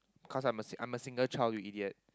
cause I'm a I'm a single child you idiot